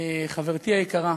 חברתי היקרה,